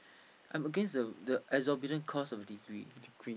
I'm against the the exorbitant cost of degree